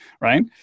right